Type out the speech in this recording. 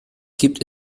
gibt